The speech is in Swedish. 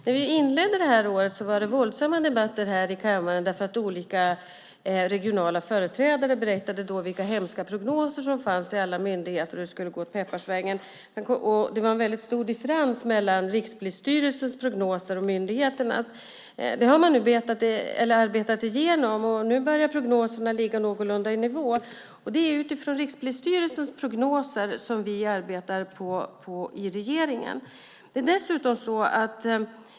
När vi inledde det här året var det våldsamma debatter här i kammaren, för olika regionala företrädare berättade då vilka hemska prognoser som fanns i alla myndigheter och att det skulle gå åt pepparsvängen. Det var en väldigt stor differens mellan Rikspolisstyrelsens prognoser och myndigheternas. Det har man nu arbetat igenom. Nu börjar prognoserna ligga någorlunda i nivå. Det är utifrån Rikspolisstyrelsens prognoser som vi arbetar i regeringen.